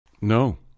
No